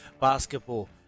basketball